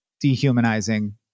dehumanizing